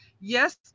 yes